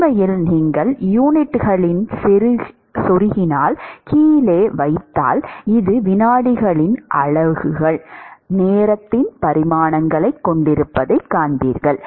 உண்மையில் நீங்கள் யூனிட்களின் செருகியை கீழே வைத்தால் இது வினாடிகளின் அலகுகள் நேரத்தின் பரிமாணங்களைக் கொண்டிருப்பதைக் காண்பீர்கள்